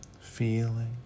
feeling